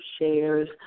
shares